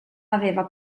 aveva